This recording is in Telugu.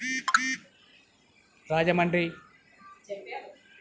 రాజమండ్రి